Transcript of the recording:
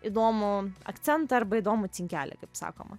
įdomų akcentą arba įdomų cinkelį kaip sakoma